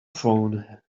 phone